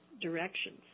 directions